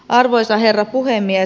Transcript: arvoisa herra puhemies